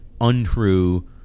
untrue